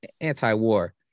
anti-war